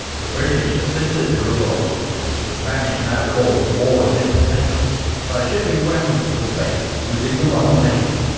the british assisted the revolt which the spanish now called a war of independence by shipping weapons to spain using the royal navy.